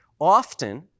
Often